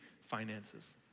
finances